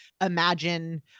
imagine